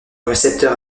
récepteur